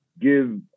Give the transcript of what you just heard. give